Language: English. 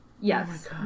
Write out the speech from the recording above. yes